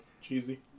Cheesy